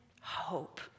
hope